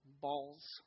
balls